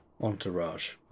entourage